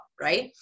right